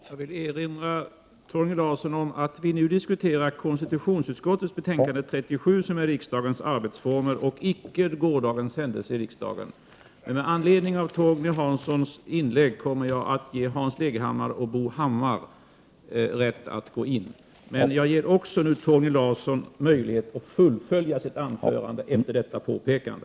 Jag vill erinra Torgny Larsson om att vi nu diskuterar konstitutionsutskottets betänkande 37, som handlar om riksdagens arbetsformer, och inte gårdagens händelse här i kammaren. Med anledning av Torgny Larssons inlägg kommer jag att ge Hans Leghammar och Bo Hammar rätt att gå in i debatten. Efter detta påpekande ger jag också Torgny Larsson möjlighet att fullfölja sitt anförande.